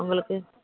உங்களுக்கு